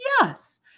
Yes